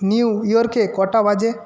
নিউইয়র্কে কটা বাজে